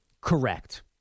Correct